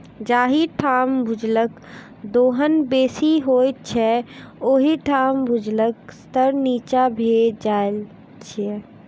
जाहि ठाम भूजलक दोहन बेसी होइत छै, ओहि ठाम भूजलक स्तर नीचाँ भेल जाइत छै